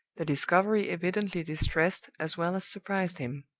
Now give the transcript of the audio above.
the discovery evidently distressed as well as surprised him.